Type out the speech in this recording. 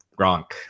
Gronk